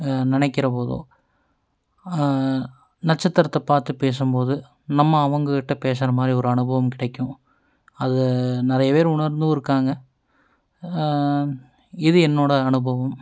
நினைக்கிற போதோ நட்சத்திரத்தை பார்த்து பேசும்போது நம்ம அவங்ககிட்ட பேசுகிற மாதிரி ஒரு அனுபவம் கிடைக்கும் அதை நிறைய பேர் உணர்ந்தும் இருக்காங்க இது என்னோடய அனுபவம்